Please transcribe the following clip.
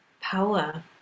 power